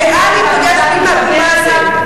אני גאה להיפגש עם אבו מאזן.